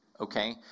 Okay